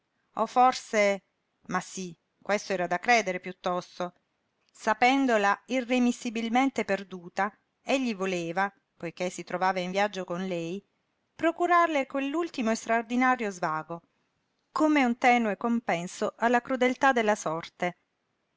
o forse ma sí questo era da credere piuttosto sapendola irremissibilmente perduta egli voleva poiché si trovava in viaggio con lei procurarle quell'ultimo e straordinario svago come un tenue compenso alla crudeltà della sorte